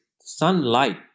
sunlight